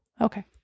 Okay